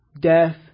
death